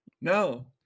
no